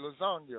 lasagna